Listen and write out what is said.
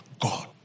God